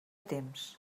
temps